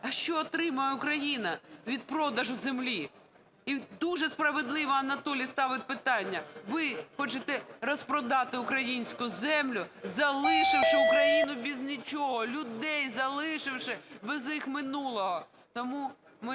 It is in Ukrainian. "А що отримає Україна від продажу землі?" І дуже справедливо Анатолій ставить питання. Ви хочете розпродати українську землю, залишивши Україну без нічого, людей залишивши без їх минулого.